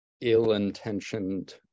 ill-intentioned